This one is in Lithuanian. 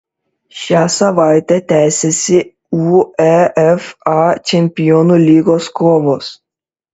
šią savaitę tęsiasi uefa čempionų lygos kovos